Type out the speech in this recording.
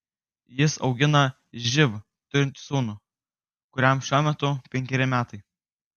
jis augina živ turintį sūnų kuriam šiuo metu penkeri metai